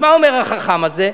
אז מה אומר החכם הזה?